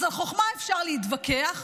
אז על חוכמה אפשר להתווכח,